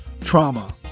trauma